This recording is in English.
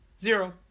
zero